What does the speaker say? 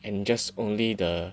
and just only the